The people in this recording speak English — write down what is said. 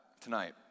tonight